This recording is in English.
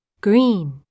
green